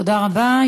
תודה רבה.